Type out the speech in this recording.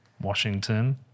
Washington